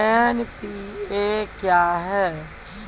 NPA क्या हैं?